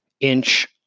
inch